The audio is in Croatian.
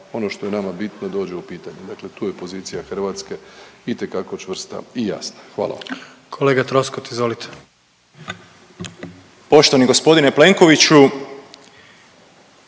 ono što je nama bitno dođe u pitanje. Dakle, tu je pozicija Hrvatske itekako čvrsta i jasna. Hvala vam. **Jandroković, Gordan (HDZ)** Hvala